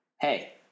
hey